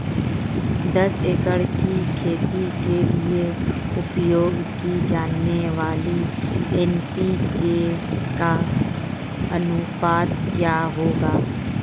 दस एकड़ खेती के लिए उपयोग की जाने वाली एन.पी.के का अनुपात क्या होगा?